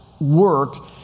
work